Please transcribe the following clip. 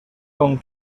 con